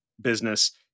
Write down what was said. business